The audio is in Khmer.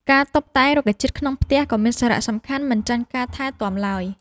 ការតុបតែងរុក្ខជាតិក្នុងផ្ទះក៏មានសារៈសំខាន់មិនចាញ់ការថែទាំឡើយ។